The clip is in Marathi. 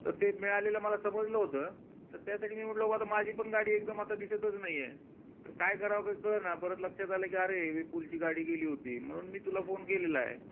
तर ते मिळालेलं मला समजलं होतं तर त्यासाठी मी म्हटलं बा आता माझी पण गाडी एकदम आता दिसतच नाही आहे तर काय करावं काय कळना परत लक्षात आलं की अरे विपुलची गाडी गेली होती म्हणून मी तुला फोन केलेला आहे